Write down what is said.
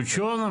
בבקשה.